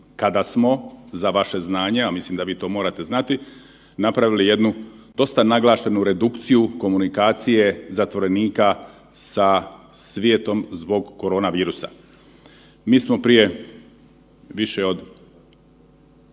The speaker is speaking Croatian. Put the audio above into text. kada smo za vaše znanje, a mislim da vi to morate znati napravili jednu dosta naglašenu redukciju komunikacije zatvorenika sa svijetom zbog korona virusa. Mi smo prije više od